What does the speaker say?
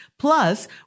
plus